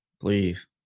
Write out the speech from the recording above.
Please